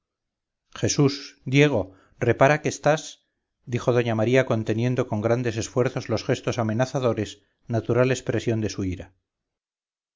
jesús diego repara que estás dijo doña maría conteniendo con grandes esfuerzos los gestos amenazadores natural expresión de su ira